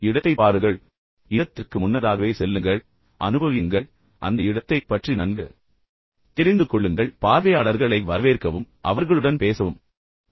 இடத்தைப் பாருங்கள் இடத்திற்கு முன்னதாகவே செல்லுங்கள் அனுபவியுங்கள் அந்த இடத்தைப் பற்றி நன்கு தெரிந்துகொள்ளுங்கள் பார்வையாளர்களை வரவேற்கவும் பார்வையாளர்களை அடையாளம் காணவும் அவர்களை வரவேற்கவும் அவர்களுடன் பேசவும்